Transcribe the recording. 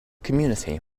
community